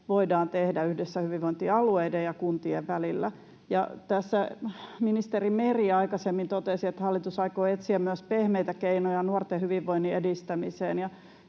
voidaan tehdä yhdessä hyvinvointialueiden ja kuntien välillä. Tässä ministeri Meri aikaisemmin totesi, että hallitus aikoo etsiä myös pehmeitä keinoja nuorten hyvinvoinnin edistämiseen,